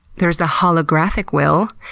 there's the holographic will.